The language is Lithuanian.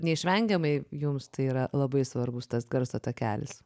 neišvengiamai jums tai yra labai svarbus tas garso takelis